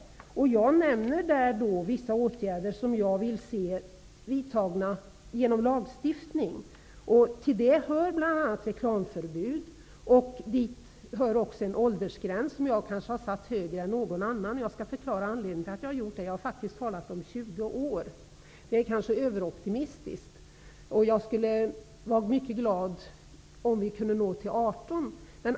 Jag nämner vissa åtgärder som jag vill se vidtagna genom lagstiftning. Dit hör exempelvis reklamförbud och en åldersgräns, vilken jag kanske har satt högre än någon annan har gjort. Jag har faktiskt talat om 20 år, och det är kanske litet överoptimistiskt, men jag skulle vara mycket glad om åldersgränsen åtminstone blir 18 år.